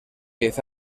diez